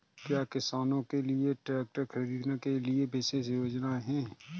क्या किसानों के लिए ट्रैक्टर खरीदने के लिए विशेष योजनाएं हैं?